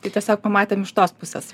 tai tiesiog pamatėm iš tos pusės